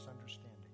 understanding